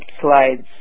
slides